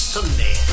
Sunday